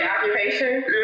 Occupation